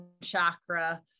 chakra